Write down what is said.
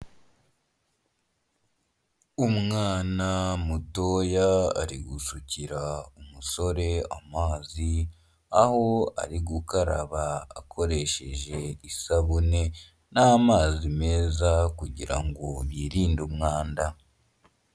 Umwana mutoya ari gusukira umusore amazi aho ari gukaraba akoresheje isabune n'amazi meza kugira ngo yirinde umwanda.